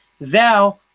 thou